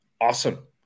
awesome